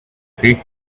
seen